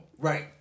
Right